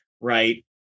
Right